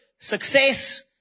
Success